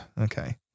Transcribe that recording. okay